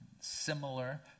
Similar